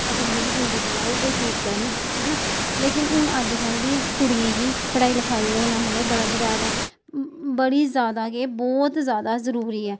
अपनी जेह्ड़ी जिंदगी ऐ ओह् व्यतीत करन है ना लेकिन हून अजकल्ल दी कुड़ियें गी पढ़ाई लखाई होना मतलब कि बड़ा जरारा बड़ी जैदा केह् ब्हौत जैदा जरूरी ऐ